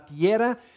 tierra